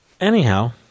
Anyhow